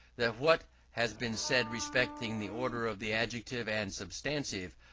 that what has been said respecting the order of the adjective and substantive,